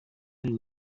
none